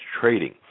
trading